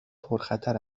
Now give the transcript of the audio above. پرخطر